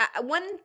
one